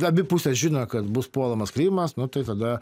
abi pusės žino kad bus puolamas krymas nu tada